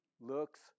looks